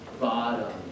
bottom